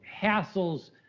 hassles